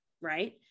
right